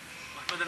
אדוני.